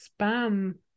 spam